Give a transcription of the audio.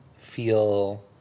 feel